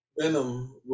venom